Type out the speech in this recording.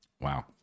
Wow